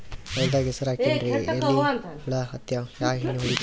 ಹೊಲದಾಗ ಹೆಸರ ಹಾಕಿನ್ರಿ, ಎಲಿ ಹುಳ ಹತ್ಯಾವ, ಯಾ ಎಣ್ಣೀ ಹೊಡಿಲಿ?